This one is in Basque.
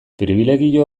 pribilegio